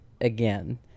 again